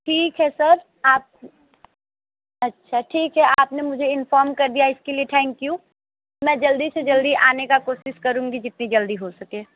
ठीक है सर आप अच्छा ठीक है आप ने मुझे इन्फॉर्म कर दिया इस के लिए थैंक यू मैं जल्दी से जल्दी आने का कोशिश करूँगी जितनी जल्दी हो सके